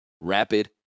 rapid